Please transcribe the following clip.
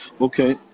Okay